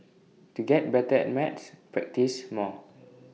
to get better at maths practise more